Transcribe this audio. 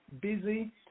busy